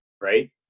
right